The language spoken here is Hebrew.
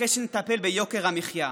אחרי שנטפל ביוקר המחיה.